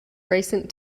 recent